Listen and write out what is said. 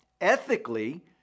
Ethically